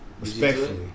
respectfully